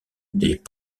des